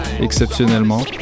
Exceptionnellement